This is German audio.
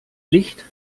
licht